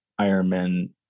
Ironman